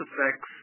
effects